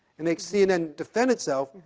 and makes cnn defend itself,